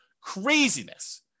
Craziness